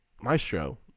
Maestro